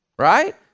right